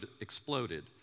exploded